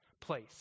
place